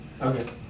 Okay